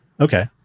Okay